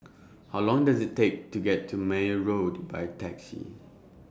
How Long Does IT Take to get to Meyer Road By Taxi